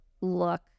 look